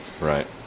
Right